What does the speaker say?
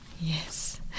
Yes